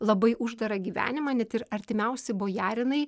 labai uždarą gyvenimą net ir artimiausi bojarinai